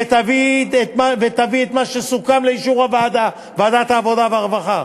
ותביא את מה שסוכם לאישור ועדת העבודה והרווחה,